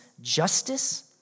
justice